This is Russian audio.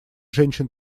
женщин